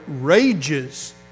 rages